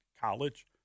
college